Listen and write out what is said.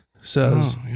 says